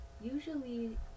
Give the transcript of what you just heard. usually